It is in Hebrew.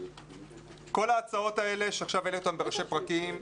כל ההצעות האלה שעכשיו העליתי בראשי פרקים,